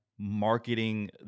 marketing